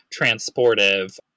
transportive